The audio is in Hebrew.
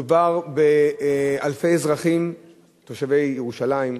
מדובר באלפי אזרחים תושבי ירושלים,